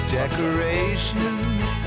decorations